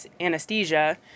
anesthesia